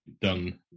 done